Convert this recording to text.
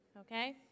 Okay